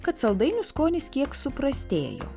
kad saldainių skonis kiek suprastėjo